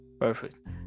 perfect